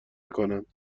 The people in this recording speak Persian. میکنند